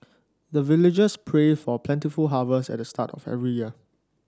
the villagers pray for plentiful harvest at the start of every year